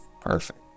perfect